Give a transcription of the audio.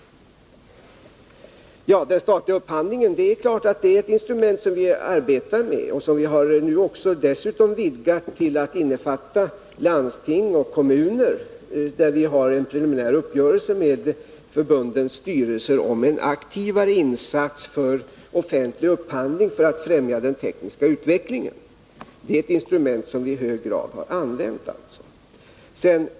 Det är klart att den statliga upphandlingen är ett instrument som vi arbetar med och som vi nu dessutom har vidgat till att innefatta landsting och kommuner, där vi har en preliminär uppgörelse med förbundens styrelser om en aktivare insats för offentlig upphandling för att främja den tekniska utvecklingen. Det är alltså ett instrument som vi i hög grad har använt.